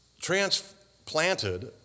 transplanted